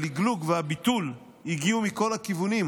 הלגלוג והביטול הגיעו מכל הכיוונים,